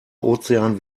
ozean